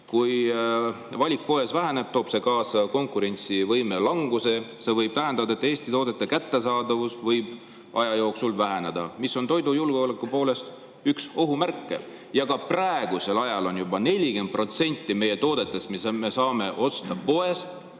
Kui valik poes väheneb, toob see kaasa konkurentsivõime languse. See tähendab, et Eesti toodete kättesaadavus võib aja jooksul väheneda, mis on toidujulgeoleku poolest üks ohumärke. Ka praegu on juba 40% toodetest, mida me saame poest